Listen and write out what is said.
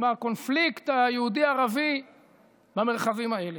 עם הקונפליקט היהודי ערבי במרחבים האלה.